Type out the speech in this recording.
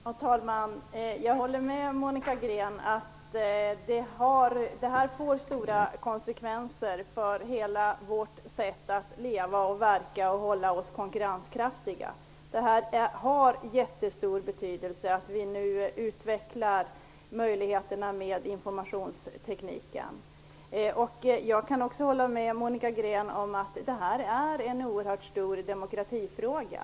Fru talman! Jag håller med Monica Green om att det här får stora konsekvenser för hela vårt sätt att leva, verka och hålla oss konkurrenskraftiga. Det har jättestor betydelse att vi nu utvecklar möjligheterna med informationstekniken. Jag kan också hålla med Monica Green om att det här är en oerhört stor demokratifråga.